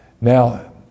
Now